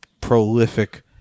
prolific